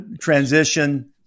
Transition